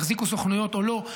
יחזיקו סוכנויות או לא,